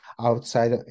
outside